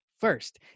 First